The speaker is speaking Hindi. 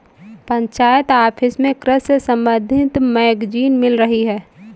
पंचायत ऑफिस में कृषि से संबंधित मैगजीन मिल रही है